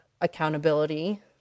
accountability